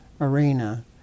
Arena